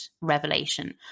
revelation